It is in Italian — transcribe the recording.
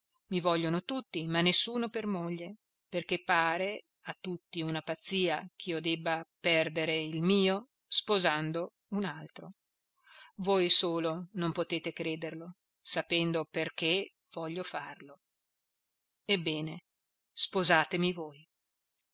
i vogliono tutti ma nessuno per moglie perché pare a tutti una pazzia ch'io debba perdere il mio sposando un altro voi solo non potete crederlo sapendo perché voglio farlo ebbene sposatemi voi